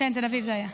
כן, בתל אביב זה היה.